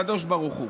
הקדוש ברוך הוא.